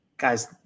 Guys